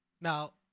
Now